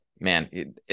man